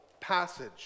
passage